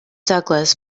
douglas